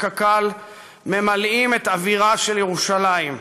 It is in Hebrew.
הקל ממלאים את חלל אווירה של ירושלים.